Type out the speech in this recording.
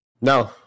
no